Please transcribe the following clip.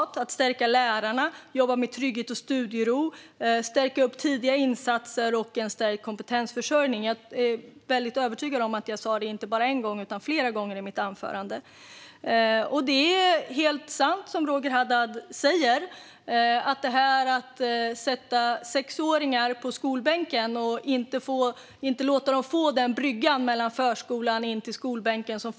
Det kan också handla om att stärka lärarna, jobba med trygghet och studiero, förstärka de tidiga insatserna och stärka kompetensförsörjningen. Jag är övertygad om att jag i mitt anförande sa detta inte bara en gång utan flera gånger. Det som Roger Haddad säger är helt sant: Det kom uppmaningar till den socialdemokratiska och miljöpartistiska regeringen att sätta sexåringar i skolbänken och inte låta dem få den brygga mellan förskolan och skolan som förskoleklassen utgör.